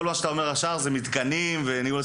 כל מה שאתה אומר עכשיו זה מתקנים וניהול, עזוב.